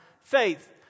faith